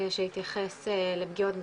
שהתייחס לפגיעות ברשת,